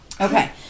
Okay